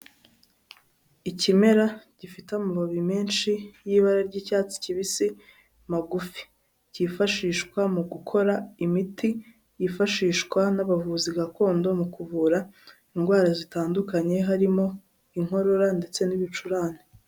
Ikimera gifite amababi menshi y'ibara ry'icyatsi kibisi magufi kifashishwa mu gukora imiti yifashishwa n'abavuzi gakondo mu kuvura indwara zitandukanye harimo inkorora ndetse n'ibicurane.